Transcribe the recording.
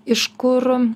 iš kur